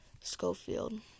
Schofield